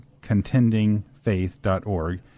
contendingfaith.org